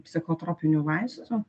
psichotropinių vaistų